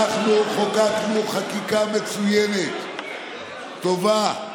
אנחנו חוקקנו חקיקה מצוינת, טובה,